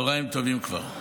צוהריים טובים כבר.